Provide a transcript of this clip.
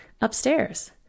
Upstairs